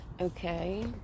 okay